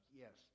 yes